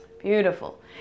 Beautiful